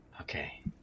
okay